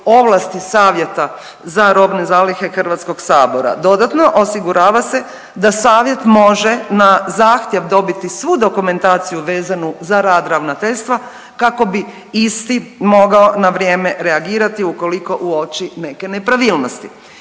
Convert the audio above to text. ovlasti Savjeta za robne zalihe HS. Dodatno, osigurava se da savjet može na zahtjev dobiti svu dokumentaciju vezanu za rad ravnateljstva kako bi isti mogao na vrijeme reagirati ukoliko uoči neke nepravilnosti.